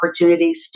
opportunities